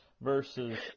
versus